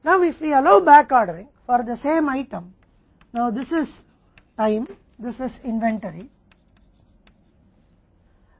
अब यदि हम एक ही आइटम के लिए बैकऑर्डरिंग की अनुमति देते हैं तो यह समय है यह इन्वेंट्री है